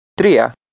tria